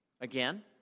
Again